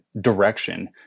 direction